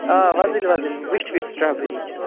آ وۄزٕلۍ وۄزٕلۍ ویٹھۍ ویٹھۍ سٹرابٔری چھِ